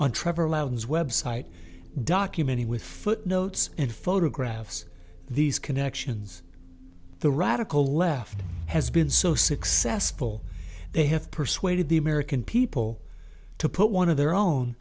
on trevor louds website documentary with footnotes and photographs these connections the radical left has been so successful they have persuaded the american people to put one of their own